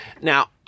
Now